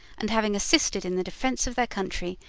and having assisted in the defence of their country,